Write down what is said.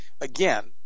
Again